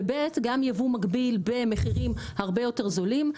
וב' גם ייבוא מקביל במחירים הרבה יותר זולים,